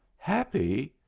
happy?